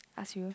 ask you